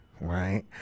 right